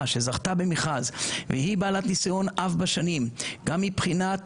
שזכתה במכרז והיא בעלת ניסיון רב בשנים גם מבחינת